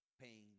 pain